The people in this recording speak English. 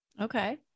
Okay